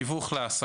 תיווך להעסקה,